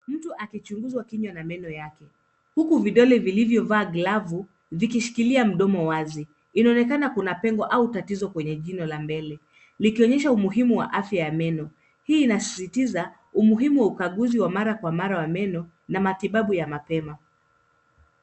Mtu akuchunguzwa, kinywa na meno yake huku vidole vilivyovaa glavu vikishikilia mdomo wazi. Inaonekana kuna pengo au tatizo kwenye jino la mbele likionyesha umuhimu ya afya ya meno. Hii inasisitiza umuhimu wa ukaguzi wa meno mara kwa mara na matibabu ya mapema.